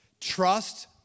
Trust